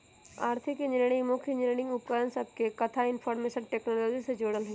आर्थिक इंजीनियरिंग मुख्य इंजीनियरिंग उपकरण सभके कथा इनफार्मेशन टेक्नोलॉजी से जोड़ल हइ